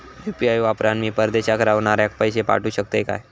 UPI वापरान मी परदेशाक रव्हनाऱ्याक पैशे पाठवु शकतय काय?